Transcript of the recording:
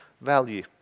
value